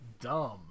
dumb